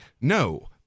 no